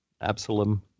Absalom